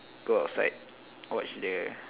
go outside watch the